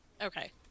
Okay